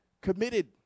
committed